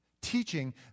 teaching